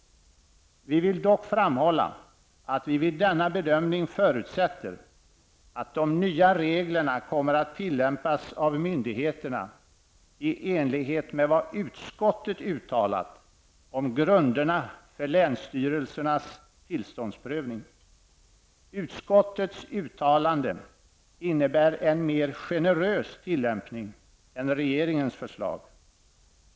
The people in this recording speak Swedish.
Vi vill dock framhålla att vi vid denna bedömning förutsätter att de nya reglerna kommer att tillämpas av myndigheterna i enlighet med vad utskottet uttalat om grunderna för länsstyrelsernas tillståndsprövning. Utskottets uttalande innebär en mera generös tillämpning än regeringens förslag.